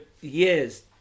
years